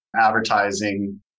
advertising